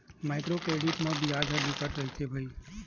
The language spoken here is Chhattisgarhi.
माइक्रो क्रेडिट म बियाज ह बिकट रहिथे भई